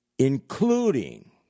including